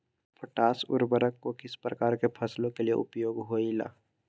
Potash उर्वरक को किस प्रकार के फसलों के लिए उपयोग होईला?